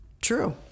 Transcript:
true